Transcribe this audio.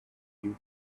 you